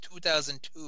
2002